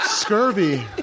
Scurvy